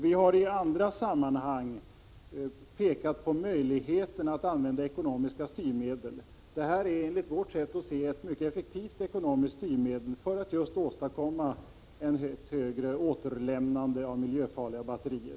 Vi har i andra sammanhang pekat på möjligheten att använda ekonomiska styrmedel. Detta är enligt vårt sätt att se ett mycket effektivt ekonomiskt styrmedel för att just åstadkomma en större grad av återlämnande av miljöfarliga batterier.